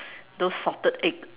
those salted egg